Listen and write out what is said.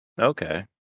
Okay